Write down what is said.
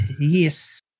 yes